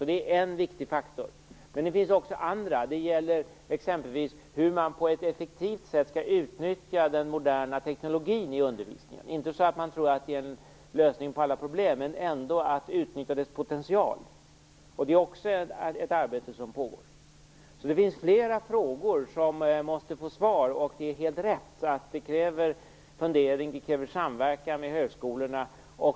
Det är alltså en viktig faktor. Men det finns också andra faktorer. Det gäller exempelvis frågan om hur man på ett effektivt sätt skall utnyttja den moderna teknologin i undervisningen - inte så att man tror att det är en lösning på alla problem, men så att man ändå utnyttjar dess potential. Det är också ett arbete som pågår. Det finns alltså flera frågor som måste få svar. Det är helt rätt att det krävs en fundering och det krävs samverkan med högskolorna.